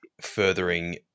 furthering